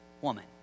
woman